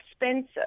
expensive